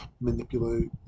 manipulate